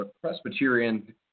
Presbyterian